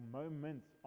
moments